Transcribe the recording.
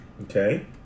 Okay